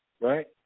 right